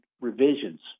revisions